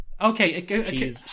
Okay